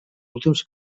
últims